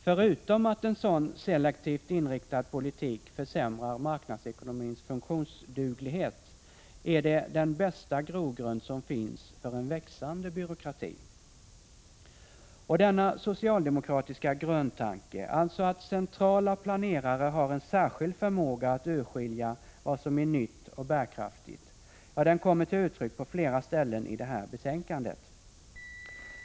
Förutom att en sådan selektivt inriktad politik försämrar marknadsekonomins funktionsduglighet är det den bästa grogrund som finns för en växande byråkrati. Och denna socialdemokratiska grundtanke — alltså att centrala planerare har en särskild förmåga att urskilja vad som är nytt och bärkraftigt - kommer till uttryck på flera ställen i det här betänkandet.